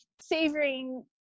savoring